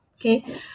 okay